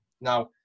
Now